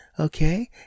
Okay